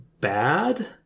bad